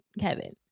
Kevin